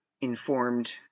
informed